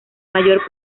mayor